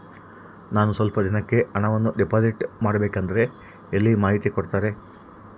ನಾನು ಸ್ವಲ್ಪ ದಿನಕ್ಕೆ ಹಣವನ್ನು ಡಿಪಾಸಿಟ್ ಮಾಡಬೇಕಂದ್ರೆ ಎಲ್ಲಿ ಮಾಹಿತಿ ಕೊಡ್ತಾರೆ?